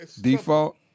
Default